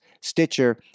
Stitcher